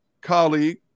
colleague